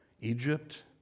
Egypt